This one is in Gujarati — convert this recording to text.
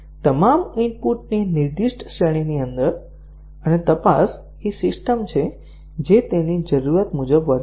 તમામ ઇનપુટની નિર્દિષ્ટ શ્રેણીની અંદર અને તપાસ એ સિસ્ટમ છે જે તેની જરૂરિયાત મુજબ વર્તે છે